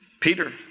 Peter